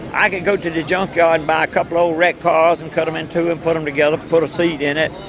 i could go to the junkyard a couple old wrecked cars and cut them in two and put them together, put a seat in it.